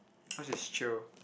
cause she's chio